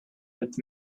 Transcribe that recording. with